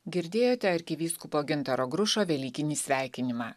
girdėjote arkivyskupo gintaro grušo velykinį sveikinimą